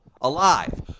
Alive